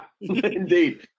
indeed